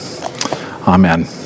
Amen